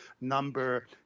number